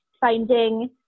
finding